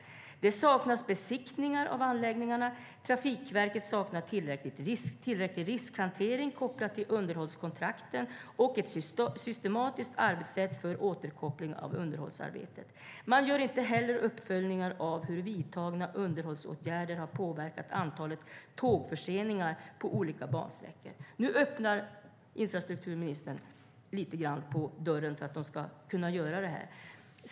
Det saknas besiktningar av anläggningarna. Trafikverket saknar tillräcklig riskhantering, kopplad till underhållskontrakten, och ett systematiskt arbetssätt för återkoppling av underhållsarbetet. Man gör inte heller uppföljningar av hur vidtagna underhållsåtgärder har påverkat antalet tågförseningar på olika bansträckor. Nu öppnar infrastrukturministern lite grann på dörren för att de ska kunna göra det här.